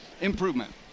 Improvement